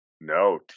No